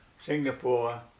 Singapore